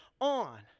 on